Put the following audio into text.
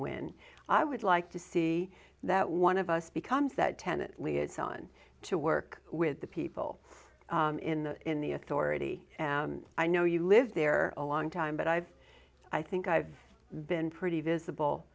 win i would like to see that one of us becomes that tenet liaison to work with the people in the in the authority and i know you live there a long time but i've i think i've been pretty visible